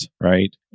right